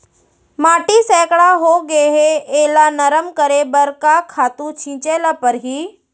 माटी सैकड़ा होगे है एला नरम करे बर का खातू छिंचे ल परहि?